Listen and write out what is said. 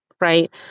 right